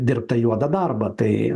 dirbt tą juodą darbą tai